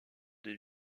des